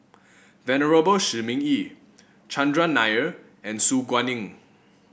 Venerable Shi Ming Yi Chandran Nair and Su Guaning